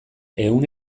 ehun